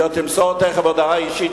והיא עוד תמסור תיכף הודעה אישית,